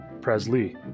Presley